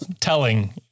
telling